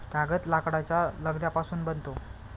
कागद लाकडाच्या लगद्यापासून बनतो